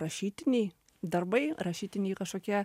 rašytiniai darbai rašytiniai kažkokie